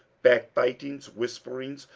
backbitings, whisperings,